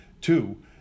Two